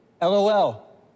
LOL